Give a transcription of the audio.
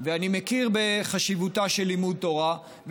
ואני מכיר בחשיבותו של לימוד תורה,